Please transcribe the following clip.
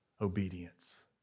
obedience